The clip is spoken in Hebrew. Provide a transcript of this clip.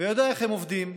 ויודע איך הם עובדים.